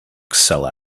excel